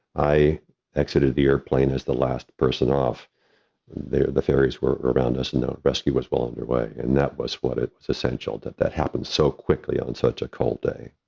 i exited the airplane as the last person off there, the ferries were around us no rescue was well underway. and that was what it was essential that that happens so quickly on such a cold day.